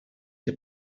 the